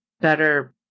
better